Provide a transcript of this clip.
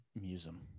museum